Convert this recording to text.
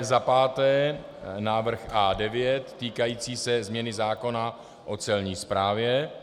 Za páté návrh A9 týkající se změny zákona o Celní správě.